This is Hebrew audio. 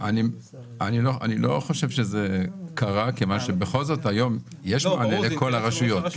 אני לא חושב שזה קרה כיוון שבכל זאת היום יש מענה לכל הרשויות.